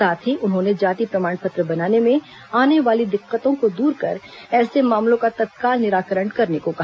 साथ ही उन्होंने जाति प्रमाण पत्र बनाने में आने वाली दिक्कतों को दूर कर ऐसे मामलों का तत्काल निराकरण करने को कहा